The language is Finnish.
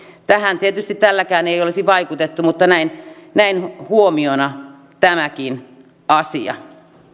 tähän tietysti tälläkään ei olisi vaikutettu mutta näin näin huomiona tämäkin asia